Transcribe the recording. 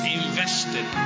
invested